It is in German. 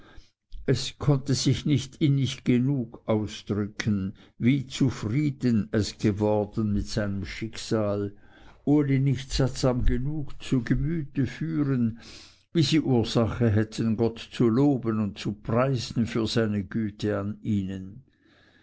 es konnte sich nicht innig genug ausdrücken wie zufrieden es geworden mit seinem schicksal uli nicht sattsam genug zu gemüte führen wie sie ursache hätten gott zu loben und zu preisen für seine güte an ihnen